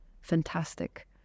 fantastic